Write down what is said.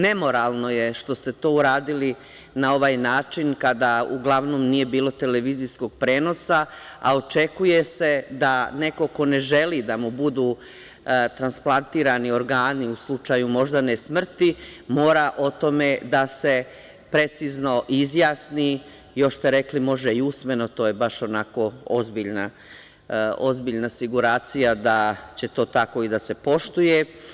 Nemoralno je što ste to uradili na ovaj način, kada uglavnom nije bilo televizijskog prenosa, a očekuje se da neko ko ne želi da mu budu transplantirani organi u slučaju moždane smrti, mora o tome da se precizno izjasni, a još ste rekli da može i usmeno, što je baš onako ozbiljna siguracija da će to tako i da se poštuje.